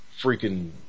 freaking